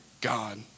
God